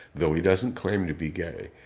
though he doesn't claim to be gay.